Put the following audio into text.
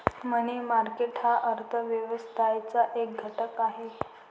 मनी market हा अर्थ व्यवस्थेचा एक घटक आहे